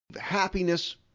happiness